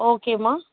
ஓகேம்மா